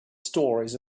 stories